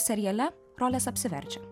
seriale rolės apsiverčia